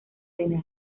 tener